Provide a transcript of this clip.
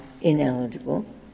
ineligible